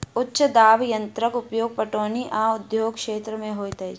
उच्च दाब यंत्रक उपयोग पटौनी आ उद्योग क्षेत्र में होइत अछि